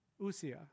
usia